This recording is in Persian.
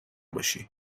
باشی